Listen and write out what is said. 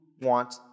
want